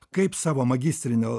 kaip savo magistrinio